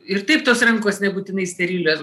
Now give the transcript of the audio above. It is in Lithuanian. ir taip tos rankos nebūtinai sterilios